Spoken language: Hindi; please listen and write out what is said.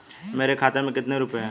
मेरे खाते में कितने रुपये हैं?